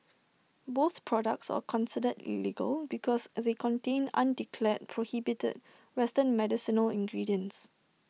both products are considered illegal because they contain undeclared prohibited western medicinal ingredients